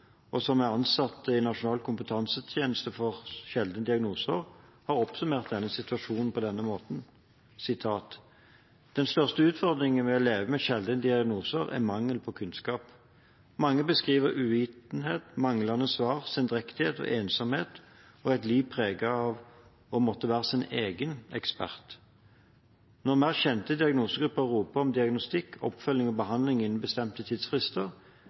og som er ansatt i Nasjonal kompetansetjeneste for sjeldne diagnoser, har oppsummert denne situasjonen på denne måten: «Den største utfordringen ved å leve med en sjelden diagnose er mangelen på kunnskap. Mange beskriver uvitenhet, manglende svar, sendrektighet, ensomhet og et liv preget av å måtte være sin egen ekspert. Når mer kjente diagnosegrupper roper om diagnostikk, oppfølging og behandling innen bestemte tidsfrister,